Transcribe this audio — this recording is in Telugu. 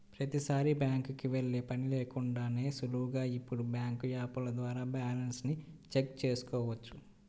ప్రతీసారీ బ్యాంకుకి వెళ్ళే పని లేకుండానే సులువుగా ఇప్పుడు బ్యాంకు యాపుల ద్వారా బ్యాలెన్స్ ని చెక్ చేసుకోవచ్చు